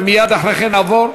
ומייד אחרי כן נעבור,